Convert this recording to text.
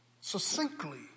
Succinctly